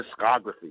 discography